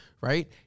right